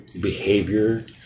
behavior